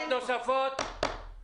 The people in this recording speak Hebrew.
הוא פספס בגלל שלפעמים קורות טעויות.